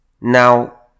Now